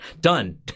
Done